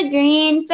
Green